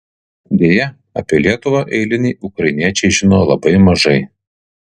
deja apie lietuvą eiliniai ukrainiečiai žino labai mažai